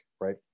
right